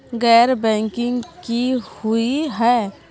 गैर बैंकिंग की हुई है?